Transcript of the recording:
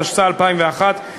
התשס"א 2001,